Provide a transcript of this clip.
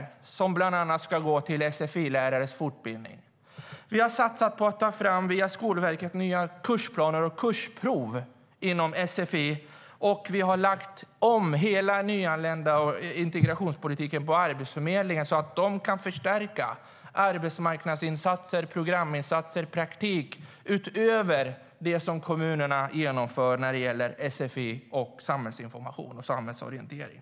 Det ska gå bland annat till sfi-lärares fortbildning. Vi har via Skolverket satsat på att ta fram nya kursplaner och kursprov inom sfi, och vi har lagt om hela integrationspolitiken på Arbetsförmedlingen så att man ska kunna förstärka arbetsmarknadsinsatser, programinsatser och praktik utöver det som kommunerna genomför när det gäller sfi och samhällsorientering.